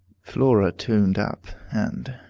flora tuned up, and,